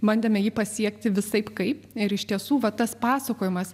bandėme jį pasiekti visaip kaip ir iš tiesų va tas pasakojimas